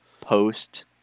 post